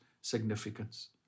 significance